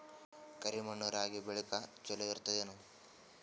ಕರಿ ಮಣ್ಣು ರಾಗಿ ಬೇಳಿಗ ಚಲೋ ಇರ್ತದ ಏನು?